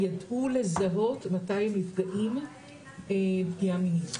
ידעו לזהות מתי הם נפגעים פגיעה מינית בהשוואה לחברה היהודית,